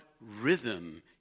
rhythm